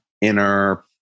inner